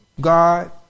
God